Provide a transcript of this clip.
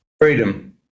freedom